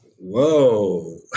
whoa